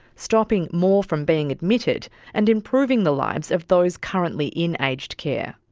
stopping more from being admitted and improving the lives of those currently in aged care.